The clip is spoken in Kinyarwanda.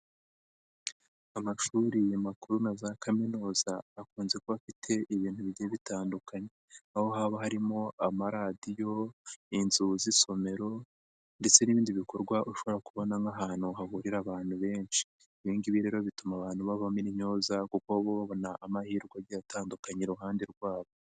Amashuri makuru na za kaminuza akunze kuba afite ibintu bigiye bitandukanye. Aho haba harimo amaradiyo, inzu z'isomero ndetse n'ibindi bikorwa ushobora kubona nk'ahantu hahurira abantu benshi. Ibi ngibi rero bituma abantu bavamo intyoza kuko baba babona amahirwe agiye atandukanye iruhande rwabo.